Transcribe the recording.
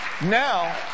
now